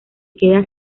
queda